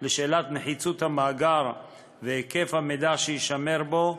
הקשור לשאלת נחיצות המאגר והיקף המידע שיישמר בו,